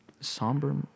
Somber